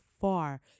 far